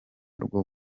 rwo